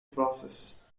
process